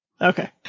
Okay